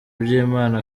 byimana